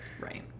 Right